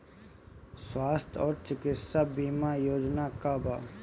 स्वस्थ और चिकित्सा बीमा योजना का बा?